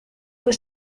was